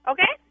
Okay